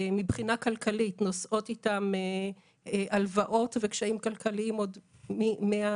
מבחינה כלכלית הן כולן נושאות איתן הלוואות וקשיים כלכליים עוד מלפני.